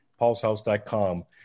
paulshouse.com